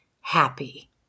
happy